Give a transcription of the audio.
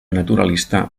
naturalista